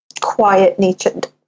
quiet-natured